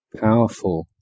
powerful